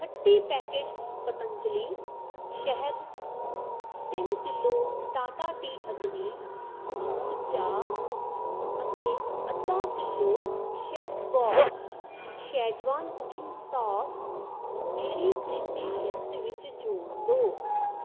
thirty packets Patanjali ਸ਼ਹਿਦ ਤਿੰਨ kilo Tata tea Agni ਧੂੜ ਚਾਹ ਅਤੇ ਅੱਧਾ kilo chef boss schezwan cooking sauce ਮੇਰੀ ਖਰੀਦੀ ਲਿਸਟ ਵਿੱਚ ਜੋੜ ਦਿਓ